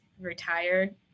retired